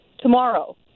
tomorrow